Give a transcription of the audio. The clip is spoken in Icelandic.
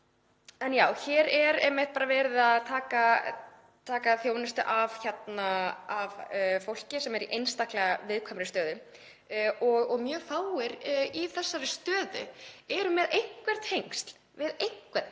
lífi. Hér er sem sagt verið að taka þjónustu af fólki sem er í einstaklega viðkvæmri stöðu og mjög fáir í þessari stöðu eru með einhver tengsl við einhvern